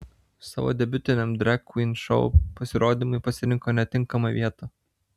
savo debiutiniam drag kvyn šou pasirodymui pasirinko netinkamą vietą